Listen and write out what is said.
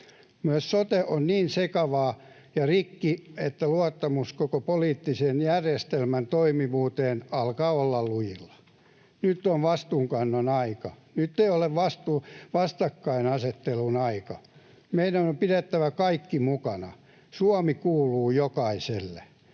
Myös sote on niin sekavaa ja rikki, että luottamus koko poliittisen järjestelmän toimivuuteen alkaa olla lujilla. Nyt on vastuunkannon aika. Nyt ei ole vastakkainasettelun aika. Meidän on pidettävä kaikki mukana. Suomi kuuluu jokaiselle.